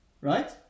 right